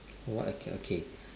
what I can okay